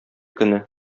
көне